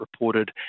reported